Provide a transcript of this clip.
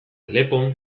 alepon